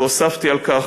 והוספתי על כך,